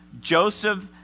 Joseph